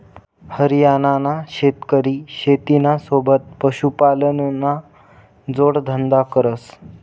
हरियाणाना शेतकरी शेतीना सोबत पशुपालनना जोडधंदा करस